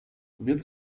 wird